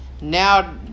now